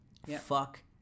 Fuck